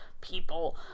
people